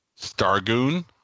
Stargoon